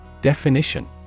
Definition